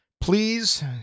please